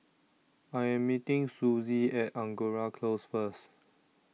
I Am meeting Susie At Angora Close First